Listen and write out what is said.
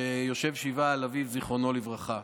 שיושב שבעה על אביו, זיכרונו לברכה.